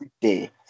day